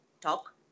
talk